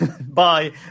Bye